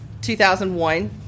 2001